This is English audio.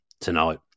tonight